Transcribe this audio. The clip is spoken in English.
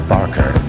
Barker